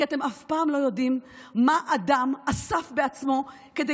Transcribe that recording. כי אתם אף פעם לא יודעים מה אדם אסף בעצמו כדי